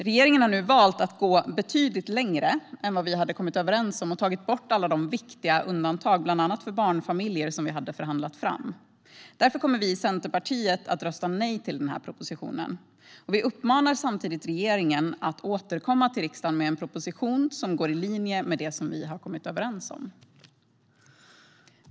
Regeringen har nu valt att gå betydligt längre än vad vi kom överens om och har tagit bort alla de viktiga undantag, bland annat för barnfamiljer, som vi hade förhandlat fram. Därför kommer Centerpartiet att rösta nej till denna proposition, och vi uppmanar samtidigt regeringen att återkomma till riksdagen med en proposition som går i linje med det vi har kommit överens om.